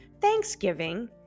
Thanksgiving